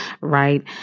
right